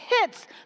hits